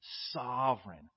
Sovereign